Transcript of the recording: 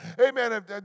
amen